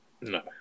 No